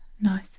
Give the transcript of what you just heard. Nice